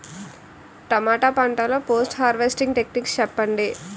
టమాటా పంట లొ post harvesting techniques చెప్పండి?